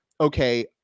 okay